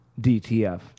DTF